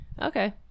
Okay